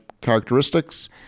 characteristics